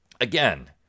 Again